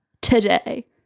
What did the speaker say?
today